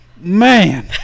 Man